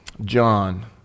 John